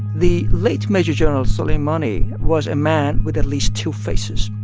the late major general soleimani was a man with at least two faces.